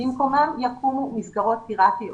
במקומם יקומו מסגרות פיראטיות.